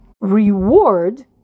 reward